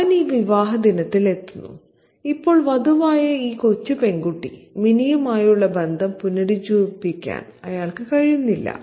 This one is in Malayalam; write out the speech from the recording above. അവൻ വിവാഹദിനത്തിൽ എത്തുന്നു ഇപ്പോൾ വധുവായ ഈ കൊച്ചു പെൺകുട്ടി മിനിയുമായുള്ള ബന്ധം പുനരുജ്ജീവിപ്പിക്കാൻ അയാൾക്ക് കഴിയുന്നില്ല